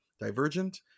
Divergent